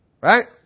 Right